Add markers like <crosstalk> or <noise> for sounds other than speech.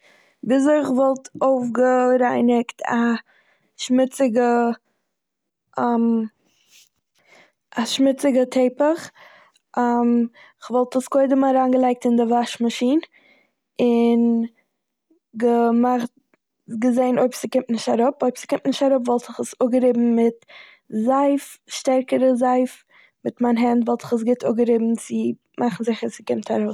וויזוי כ'וואלט <noise> אויפגערייניגט א שמוציגע <noise> <hesitation> א שמוציגע טעפעך. <hesitation> כ'וואלט עס קודם אריינגעלייגט אין די וואש מאשין און געמאכט- געזעהן אויב ס'קומט נישט אראפ. אויב ס'קומט נישט אראפ וואלט איך עס אפגעריבן מיט זייף- שטערקערע זייף מיט מיין הענט וואלט איך עס גוט אפגעריבן צו מאכן זיכער ס'קומט-